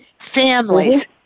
Families